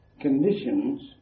conditions